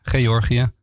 Georgië